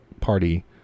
Party